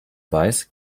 weiß